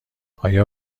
آیا